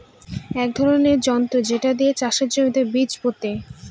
এক ধরনের যন্ত্র যেটা দিয়ে চাষের জমিতে বীজ পোতে